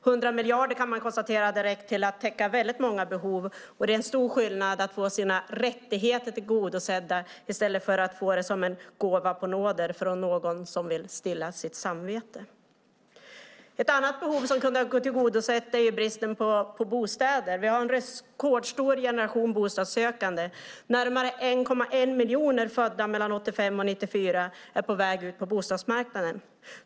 Man kan konstatera att 100 miljarder hade räckt till att täcka väldigt många behov. Och det är en stor skillnad på att få sina rättigheter tillgodosedda i stället för att få det som en gåva på nåder från någon som vill stilla sitt samvete. Ett annat behov som kunde ha tillgodosetts handlar om bristen på bostäder. Vi har en rekordstor generation bostadssökande. Närmare 1,1 miljon som är födda mellan 1985 och 1994 är på väg ut på bostadsmarknaden.